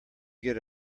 get